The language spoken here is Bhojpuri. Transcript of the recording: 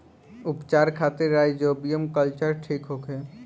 उपचार खातिर राइजोबियम कल्चर ठीक होखे?